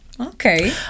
Okay